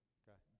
okay